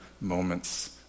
moments